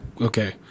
okay